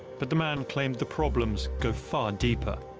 but the man claimed the problems go far deeper.